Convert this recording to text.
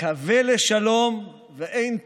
קוה לשלום, ואין טוב,